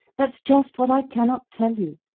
that's just what i cannot tell you.